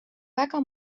väga